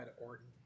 Orton